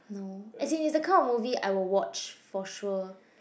no as in it's a kind of movie I will watch for sure